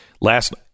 Last